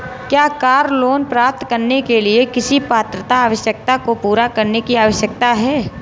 क्या car loan प्राप्त करने के लिए किसी पात्रता आवश्यकता को पूरा करने की आवश्यकता है?